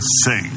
sing